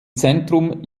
zentrum